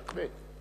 בהחלט.